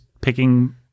picking